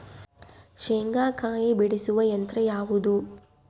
ಶೇಂಗಾಕಾಯಿ ಬಿಡಿಸುವ ಯಂತ್ರ ಯಾವುದು?